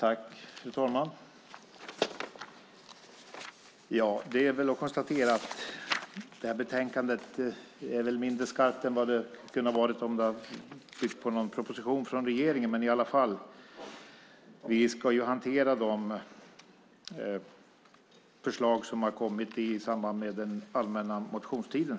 Fru talman! Det är att konstatera att detta betänkande är mindre skarpt än vad det hade kunnat vara om det byggt på någon proposition från regeringen. Vi ska i varje fall hantera de förslag som kommit under den allmänna motionstiden.